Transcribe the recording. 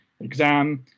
exam